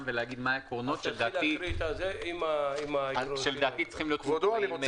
ולהגיד מה העקרונות שלדעתי צריכים להיות קבועים בנוסח.